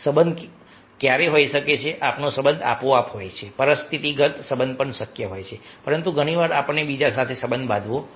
સંબંધ ક્યારેક હોઈ શકે છે આપણો સંબંધ આપોઆપ હોય છે પરિસ્થિતિગત સંબંધ પણ શક્ય હોય છે પરંતુ ઘણી વખત આપણે બીજા સાથે સંબંધ બાંધવો પડે છે